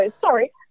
sorry